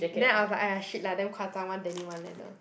then I was like !aiya! !shit! lah damn 夸张 one denim one leather